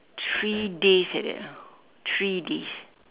three days like that ah three days